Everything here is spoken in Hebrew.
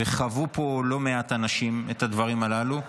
וחוו פה לא מעט אנשים את הדברים הללו,